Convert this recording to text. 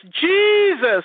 Jesus